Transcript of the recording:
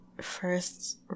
first